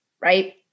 right